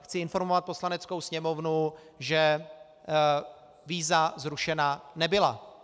Chci informovat Poslaneckou sněmovnu, že víza zrušena nebyla.